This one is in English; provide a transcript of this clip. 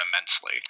immensely